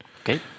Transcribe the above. Okay